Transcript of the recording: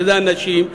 שזה הנשים,